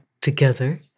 together